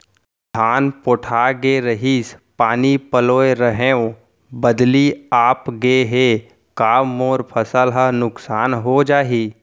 धान पोठागे रहीस, पानी पलोय रहेंव, बदली आप गे हे, का मोर फसल ल नुकसान हो जाही?